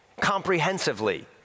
comprehensively